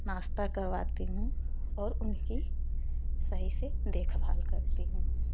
नाश्ता करवाती हूं और उनकी सही से देखभाल करती हूँ